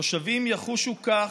שתושבים יחושו כך,